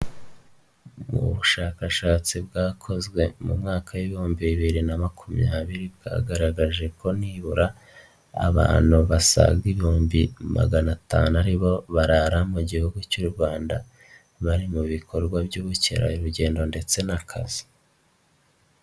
Mu bushakashatsi bwakozwe mu mwaka w'ibihumbi bibiri na makumyabiri bwagaragaje ko nibura abantu basaga ibihumbi magana atanu aribo barara mu gihugu cy'u Rwanda, bari mu bikorwa by'ubukerarugendo ndetse n'akazi.